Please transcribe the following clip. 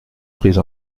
prise